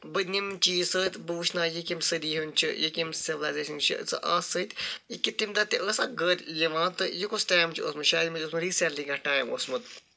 بہٕ نِمہٕ چیٖز سۭتۍ بہٕ وُچھناوٕ یہِ کٔمہِ سٔدی ہُند چھُ یہِ کٔمۍ سِولٮ۪زیشنٕچ چھُ اَتھ سۭتۍ أکیاہ تَمہِ دۄہ تہِ ٲسۍ نہ گٔرۍ یِوان تہٕ یہِ کُس ٹایم چھُ اوٚسمُت شاید مےٚ دیُتمُت رِسٮ۪نٹلی کیٚنہہ ٹایم اوسمُت